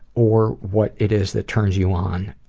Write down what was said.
or what it is that turns you on.